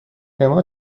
اِما